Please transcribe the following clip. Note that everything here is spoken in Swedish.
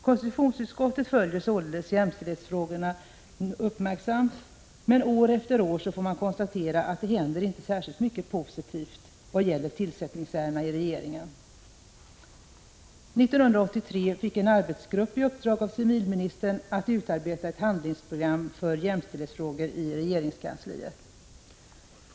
Konstitutionsutskottet följer således jämställdhetsfrågorna uppmärksamt, men år efter år får utskottet konstatera att det inte händer särskilt mycket positivt i vad gäller tillsättningsärendena i regeringen. 1983 fick en arbetsgrupp i uppdrag av civilministern att utarbeta ett handlingsprogram för jämställdhetsfrågor i regeringskansliet.